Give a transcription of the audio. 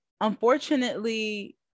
unfortunately